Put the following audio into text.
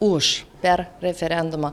už per referendumą